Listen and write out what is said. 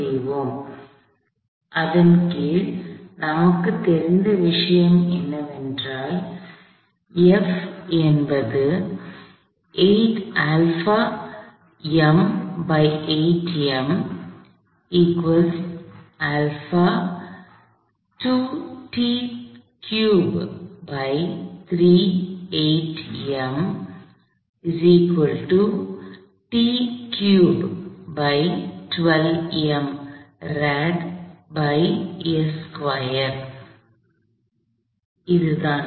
எனவே அதன் கீழ் நமக்குத் தெரிந்த விஷயம் என்னவென்றால் F என்பது அதுதான்